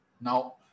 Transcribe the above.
Now